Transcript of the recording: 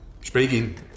speaking